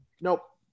nope